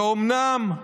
ואומנם,